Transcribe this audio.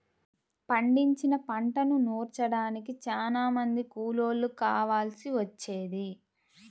పండించిన పంటను నూర్చడానికి చానా మంది కూలోళ్ళు కావాల్సి వచ్చేది